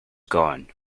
gone